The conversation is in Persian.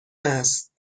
است